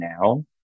now